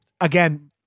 again